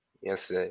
Yes